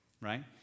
right